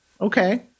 Okay